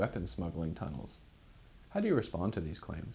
weapons smuggling tunnels how do you respond to these claims